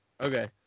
Okay